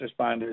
responders